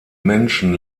menschen